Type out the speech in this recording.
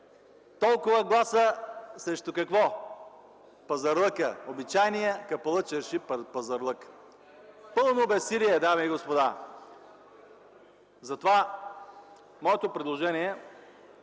толкова гласа – срещу какво?! Пазарлъкът, обичайният Капалъ чарши пазарлък! Пълно безсилие, дами и господа! Затова моето предложение е